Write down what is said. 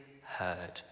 heard